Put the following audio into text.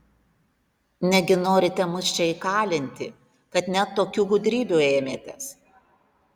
negi norite mus čia įkalinti kad net tokių gudrybių ėmėtės